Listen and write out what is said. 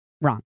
Wrong